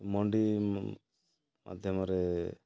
ମଣ୍ଡି ମାଧ୍ୟମରେ